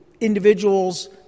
individuals